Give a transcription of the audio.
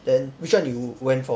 then which one you went for